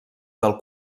del